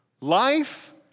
life